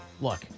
look